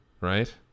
right